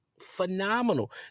phenomenal